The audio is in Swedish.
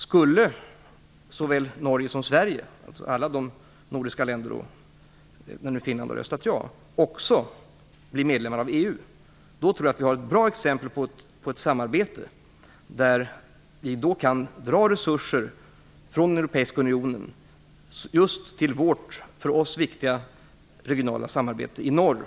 Om både Norge och Sverige - när man nu i Finland röstat ja - också blir medlemmar av EU, skulle alla de nordiska länderna kunna utgöra ett bra exempel på samarbete. Resurser kan då dras från den europeiska unionen till det för oss i Norden så viktiga, regionala samarbetet i norr.